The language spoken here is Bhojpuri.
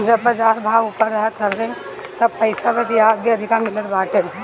जब बाजार भाव ऊपर रहत हवे तब पईसा पअ बियाज भी अधिका मिलत बाटे